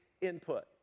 input